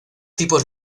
tipos